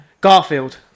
Garfield